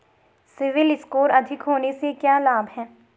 CIBIL score अधिक होने से क्या लाभ हैं?